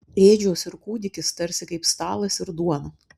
ėdžios ir kūdikis tarsi kaip stalas ir duona